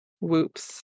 Whoops